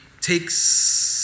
takes